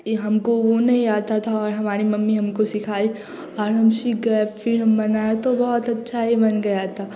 यह हमको नहीं आता था और हमारी मम्मी हमको सिखाई और हम सीख गए फ़िर हम बनाए तो बहुत अच्छा ही बन गया था